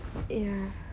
yeah